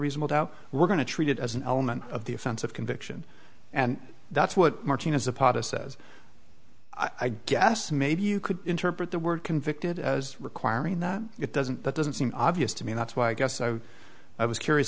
reasonable doubt we're going to treat it as an element of the offense of conviction and that's what martinez a potus says i guess maybe you could interpret the word convicted as requiring that it doesn't that doesn't seem obvious to me that's why i guess i i was curious